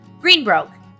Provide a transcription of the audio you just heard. Greenbroke